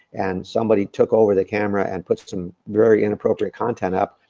and somebody took over the camera, and put some very inappropriate content up,